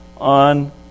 on